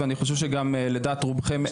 ואני חושב שגם לדעת רובכם,